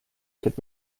could